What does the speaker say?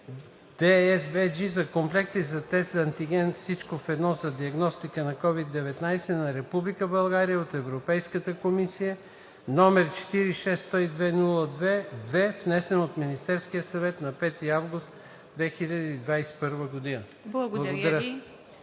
на комплекти за тест за антиген „всичко в едно“ за диагностика на COVID-19 на Република България от Европейската комисия, № 46-102-02-2, внесен от Министерския съвет на 5 август 2021 г.“. Благодаря.